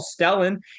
Stellan